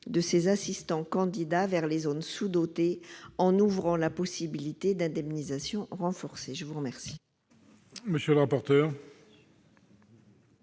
de ces assistants candidats vers les zones sous-dotées, en ouvrant la possibilité d'indemnisations renforcées. Quel